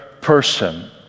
person